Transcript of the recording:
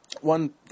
one